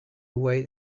wait